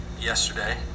yesterday